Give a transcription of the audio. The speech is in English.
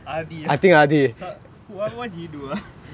ardy what what did he do ah